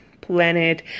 Planet